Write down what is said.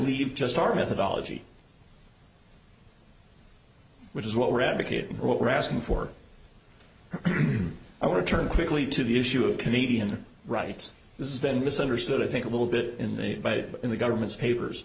leave just our methodology which is what we're advocating what we're asking for i want to turn quickly to the issue of canadian rights this is been misunderstood i think a little bit in the in the government's papers